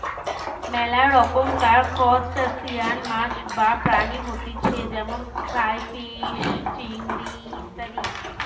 মেলা রকমকার ত্রুসটাসিয়ান মাছ বা প্রাণী হতিছে যেমন ক্রাইফিষ, চিংড়ি ইত্যাদি